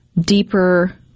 deeper